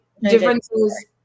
differences